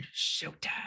showtime